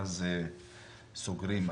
ואז סוגרים,